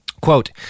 Quote